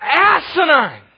asinine